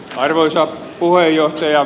arvoisa puheenjohtaja